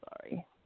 Sorry